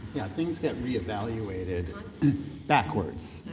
yeah, things get reevaluated backwards.